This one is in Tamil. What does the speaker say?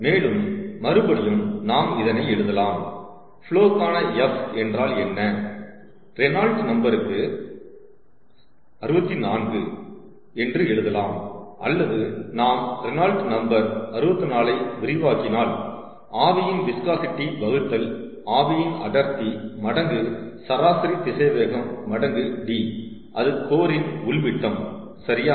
மேலும் மறுபடியும் நாம் இதனை எழுதலாம் ஃபுலோக்கான f என்றால் என்ன ரெனால்ட் நம்பருக்கு Reynold' s Number 64 என்று எழுதலாம் அல்லது நாம் Reynold number Reynold' s Number 64 ஐ விரிவாக்கினால் ஆவியின் விஸ்காஸிடி வகுத்தல் ஆவியின் அடர்த்தி மடங்கு சராசரி திசைவேகம் மடங்கு D அது கோரின் உள் விட்டம் சரியா